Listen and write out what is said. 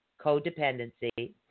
codependency